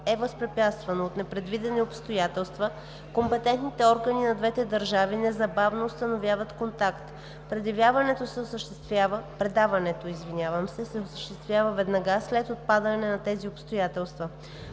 е възпрепятствано от непредвидени обстоятелства, компетентните органи на двете държави незабавно установяват контакт. Предаването се осъществява веднага след отпадане на тези обстоятелства.